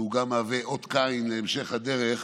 והיא גם מהווה אות קין בהמשך הדרך,